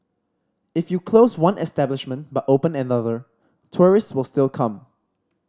if you close one establishment but open another tourists will still come